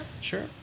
sure